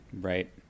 Right